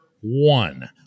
one